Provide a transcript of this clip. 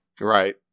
Right